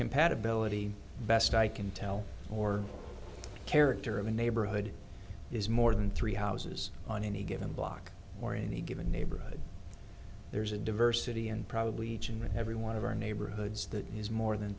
compatibility best i can tell your character of a neighborhood is more than three houses on any given block or in any given neighborhood there's a diversity and probably each and every one of our neighborhoods that has more than